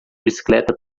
bicicleta